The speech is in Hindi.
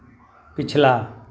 पिछला